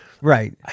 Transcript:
Right